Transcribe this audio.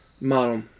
model